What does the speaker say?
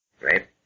right